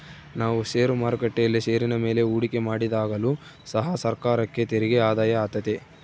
ನಾವು ಷೇರು ಮಾರುಕಟ್ಟೆಯಲ್ಲಿ ಷೇರಿನ ಮೇಲೆ ಹೂಡಿಕೆ ಮಾಡಿದಾಗಲು ಸಹ ಸರ್ಕಾರಕ್ಕೆ ತೆರಿಗೆ ಆದಾಯ ಆತೆತೆ